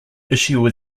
issue